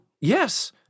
yes